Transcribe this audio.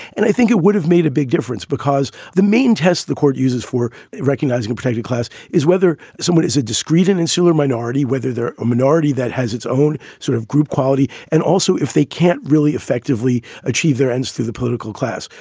and i think it would have made a big difference, because the main test the court uses for recognizing a protected class is whether someone is a discrete and insular minority, whether they're a minority that has its own sort of group quality. and also, if they can't really effectively achieve their ends to the political class,